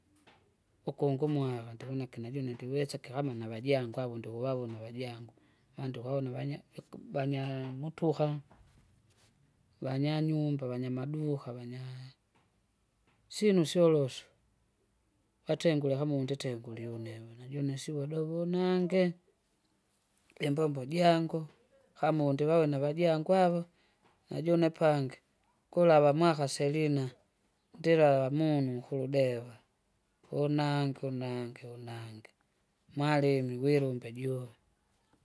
ukungu mwava ndionekene june ndiwesa kihamuna vajangu avo ndikuvavona vajangu, vandikuvavona vanya- viku- vanyaa mutuha, vanyanyumba vanyamaduka vanyaa. Syinu syolosu, vatengule hamundi nditengulie une- najune sivodovonange. Imbombo jangu, kama undivavone vajangu ava, najune pangi, kulava mwaka selina ndila munyu kuludewa, unange unange unange, marimi wilumbe juwe.